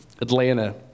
Atlanta